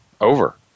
over